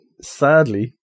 sadly